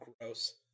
gross